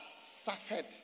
suffered